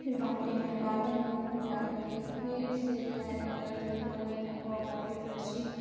پھر بالٹی میں ڈال دیں گے پھر ڈال کر کے پھر سے جو ہے اگر جو کھولنے کا ہوگا پھر رسی